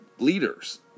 Leaders